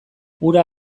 hura